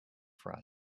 for